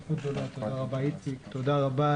"תחילה ותחולה